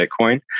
bitcoin